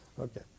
Okay